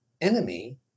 enemy